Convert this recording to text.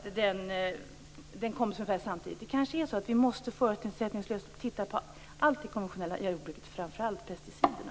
Vi kanske förutsättningslöst måste titta på allt i det konventionella jordbruket, framför allt pesticiderna.